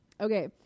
okay